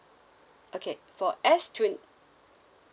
okay for S twen~